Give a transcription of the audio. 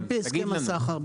על פי הסכם הסחר,